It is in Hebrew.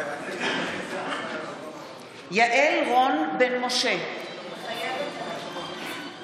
מתחייב אני יעל רון בן משה, מתחייבת אני